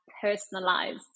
personalized